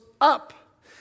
up